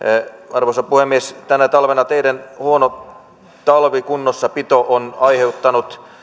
arvoisa puhemies tänä talvena teiden huono talvikunnossapito on on aiheuttanut